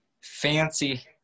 fancy